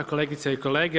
Kolegice i kolege.